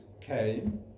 came